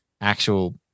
actual